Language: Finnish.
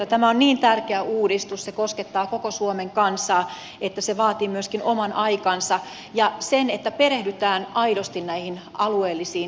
tämä on niin tärkeä uudistus se koskettaa koko suomen kansaa että se vaatii myöskin oman aikansa ja sen että perehdytään aidosti näihin alueellisiin erityispiirteisiin